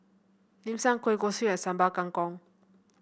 Dim Sum Kueh Kosui and Sambal Kangkong